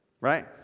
right